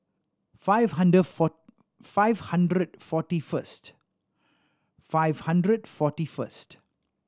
five hundred four five hundred forty first five hundred forty first